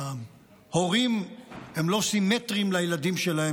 שההורים הם לא סימטריים לילדים שלהם,